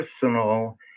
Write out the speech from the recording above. personal